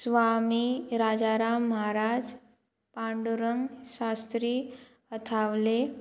Swami Rajaram Maharaj Pandurang Shastri Athavale